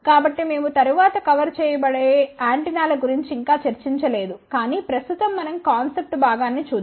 కాబట్టి మేము తరువాత కవర్ చేయబోయే యాంటెన్నాల గురించి ఇంకా చర్చించలేదు కాని ప్రస్తుతం మనం కాన్సెప్ట్ భాగాన్ని చూద్దాం